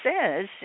says